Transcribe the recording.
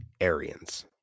Arians